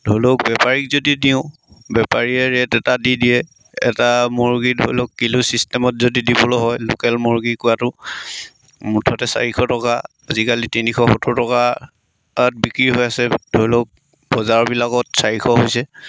ধৰি লওক বেপাৰীক যদি দিওঁ বেপাৰীয়ে ৰেট এটা দি দিয়ে এটা মুৰ্গী ধৰি লওক কিলো চিষ্টেমত যদি দিবলৈ হয় লোকেল মুৰ্গী কোৱাটো মুঠতে চাৰিশ টকা আজিকালি তিনিশ সত্তৰ টকাত বিক্ৰী হৈ আছে ধৰি লওক বজাৰবিলাকত চাৰিশ হৈছে